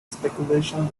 speculation